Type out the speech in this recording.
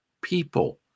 people